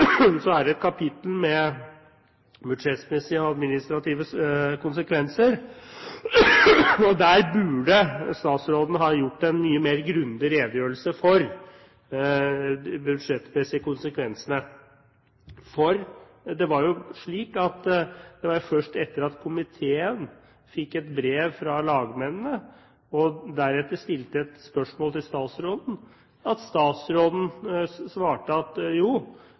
Så sier statsråden at dette har med budsjettmessige spørsmål å gjøre. Ja, det er riktig, men i enhver lovsak er det et kapittel med budsjettmessige og administrative konsekvenser. Der burde statsråden ha gitt en mye mer grundig redegjørelse av de budsjettmessige konsekvensene, for det var jo først etter at komiteen fikk et brev fra lagmennene og deretter stilte et spørsmål til statsråden, at statsråden svarte at